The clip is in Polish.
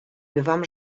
bywam